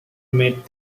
met